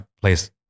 place